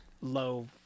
low